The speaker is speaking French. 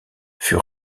fut